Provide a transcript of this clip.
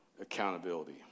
accountability